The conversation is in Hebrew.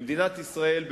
למדינת ישראל,